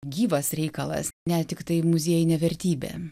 gyvas reikalas ne tiktai muziejinė vertybė